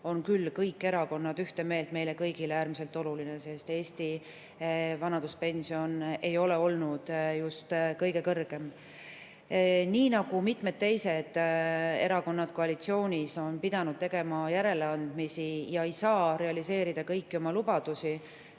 on küll kõik erakonnad ühte meelt, [see on] meile kõigile äärmiselt oluline, sest Eesti vanaduspension ei ole olnud just kõige kõrgem. Nii nagu mitmed teised erakonnad koalitsioonis on pidanud tegema järeleandmisi ja ei saa realiseerida kõiki oma lubadusi,